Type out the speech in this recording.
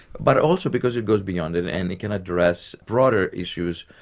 but also because it goes beyond it and it can address broader issues.